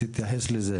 תתייחס לזה.